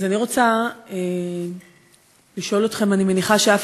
אז אני רוצה לשאול אתכם: אני מניחה שאף